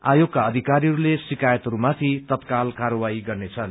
आयोगका अधिकारहरूले शिकायतहरूमाथि तत्काल कार्यवाही गर्नेछन्